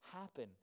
happen